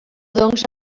doncs